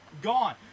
gone